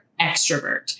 extrovert